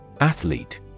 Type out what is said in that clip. Athlete